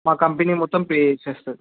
మా కంపెనీ మొత్తం పే చేసేస్తుంది